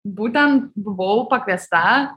būtent buvau pakviesta